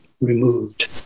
removed